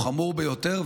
הוא חמור ביותר,